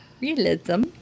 realism